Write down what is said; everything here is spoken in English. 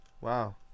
Wow